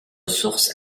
source